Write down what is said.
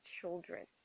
children